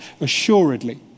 assuredly